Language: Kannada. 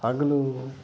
ಹಗಲು